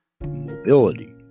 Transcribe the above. Mobility